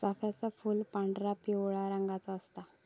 चाफ्याचा फूल पांढरा, पिवळ्या रंगाचा असता